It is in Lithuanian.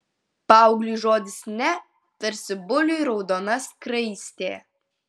paaugliui žodis ne tarsi buliui raudona skraistė